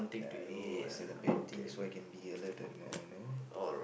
uh yes at the bad thing so I can be alerted more know